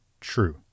true